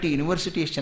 university